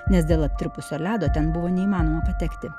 nes dėl aptirpusio ledo ten buvo neįmanoma patekti